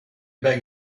beg